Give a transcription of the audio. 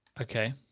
Okay